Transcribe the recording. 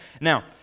Now